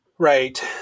Right